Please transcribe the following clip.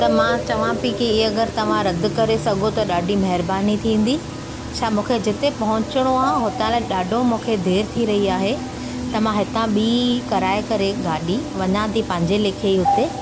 त मां चवां पई की अगरि तव्हां रदि करे सघो त ॾाढी महिरबानी थींदी छा मूंखे जिते पहुचणो आहे हुता रे ॾाढो मूंखे देरि थी रही आहे त मां हितां ॿी कराए करे गाॾी वञां थी पंहिंजे लेखे ई उते